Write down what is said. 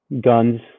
Guns